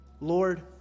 Lord